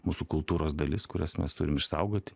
mūsų kultūros dalis kurias mes turim išsaugoti